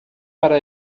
para